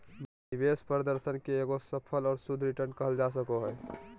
निवेश प्रदर्शन के एगो सकल और शुद्ध रिटर्न कहल जा सको हय